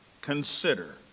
consider